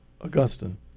Augustine